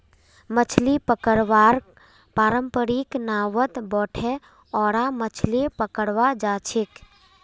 मछली पकड़वार पारंपरिक नावत बोठे ओरा मछली पकड़वा जाछेक